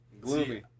Gloomy